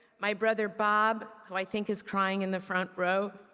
my brother bob, who i think is crying in the front row.